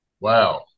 Wow